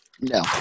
No